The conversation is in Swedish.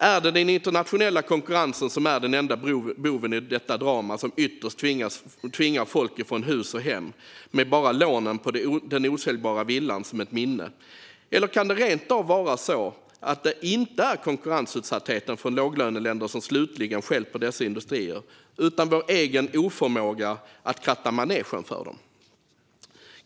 Är den internationella konkurrensen den enda boven i detta drama som ytterst tvingar folk från hus och hem med bara lånen på den osäljbara villan som minne, eller kan det rent av vara så att det inte är konkurrensutsattheten från låglöneländer som slutligen stjälper dessa industrier utan vår egen oförmåga att kratta manegen för dem?